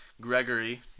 Gregory